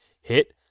hit